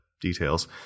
details